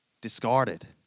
discarded